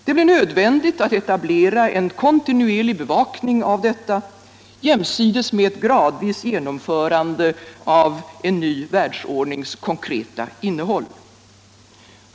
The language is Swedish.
Det blir nödvändigt att etablera en kontinuerlig bevakning av detta, jämnsides med ett gradvis genomförande av en ny världsordnings konkreta innehåll.